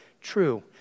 true